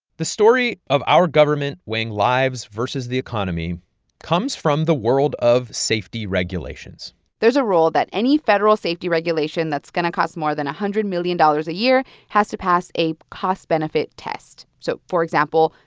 the story of our government weighing lives versus the economy comes from the world of safety regulations there's a rule that any federal safety regulation that's going to cost more than a hundred million dollars a year has to pass a cost-benefit test. so, for example,